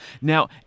Now